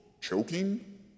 Choking